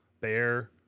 bear